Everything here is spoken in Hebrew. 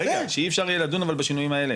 שאי אפשר יהיה לדון בשינויים האלה.